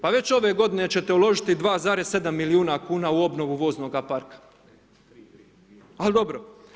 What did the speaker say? Pa već ove godine ćete uložiti 2,7 milijuna kuna u obnovu voznog parka, ali dobro.